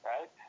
Right